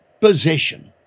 possession